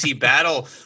battle